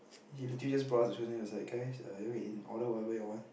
he literally just brought us to Swensens he was like guys err y'all can eat order whatever y'all want